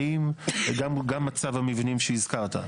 גם מצב המבנים שהזכרת,